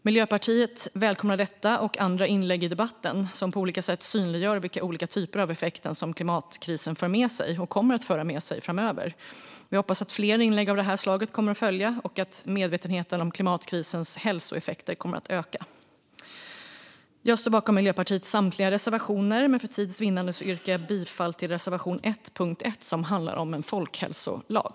Miljöpartiet välkomnar detta och andra inlägg i debatten som på olika sätt synliggör vilka olika typer av effekter som klimatkrisen för med sig och kommer att föra med sig framöver. Vi hoppas att fler inlägg av detta slag kommer att följa och att medvetenheten om klimatkrisens hälsoeffekter kommer att öka. Jag står bakom Miljöpartiets samtliga reservationer, men för tids vinnande yrkar jag bifall enbart till reservation 1 under punkt 1. Reservationen handlar om en folkhälsolag.